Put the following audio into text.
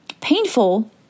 painful